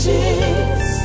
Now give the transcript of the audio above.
Jesus